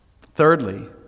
Thirdly